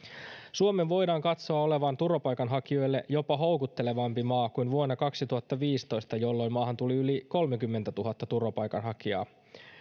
suomen voidaan katsoa olevan turvapaikanhakijoille jopa houkuttelevampi maa kuin vuonna kaksituhattaviisitoista jolloin maahan tuli yli kolmekymmentätuhatta turvapaikanhakijaa